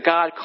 God